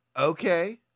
Okay